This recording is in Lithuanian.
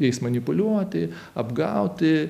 jais manipuliuoti apgauti